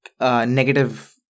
negative